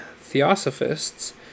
theosophists